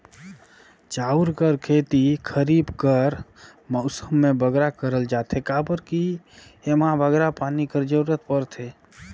चाँउर कर खेती खरीब कर मउसम में बगरा करल जाथे काबर कि एम्हां बगरा पानी कर जरूरत परथे